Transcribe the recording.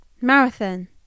Marathon